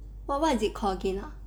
what what is it call again ah